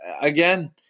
Again